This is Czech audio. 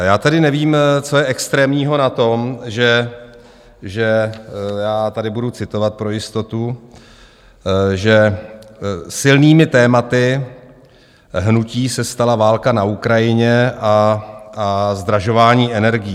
Já tedy nevím, co je extrémního na tom, že já tady budu citovat pro jistotu že silnými tématy hnutí se stala válka na Ukrajině a zdražování energií.